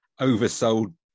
oversold